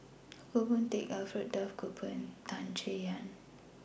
Goh Boon Teck Alfred Duff Cooper and Tan Chay Yan